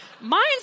mine's